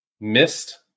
missed